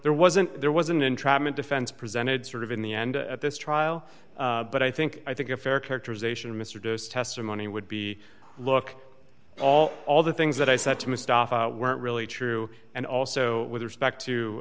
there wasn't there was an entrapment defense presented sort of in the end of this trial but i think i think a fair characterization of mr davis testimony would be look all all the things that i said to mr weren't really true and also with respect to